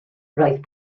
roedd